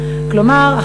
כלומר,